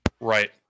Right